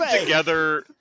together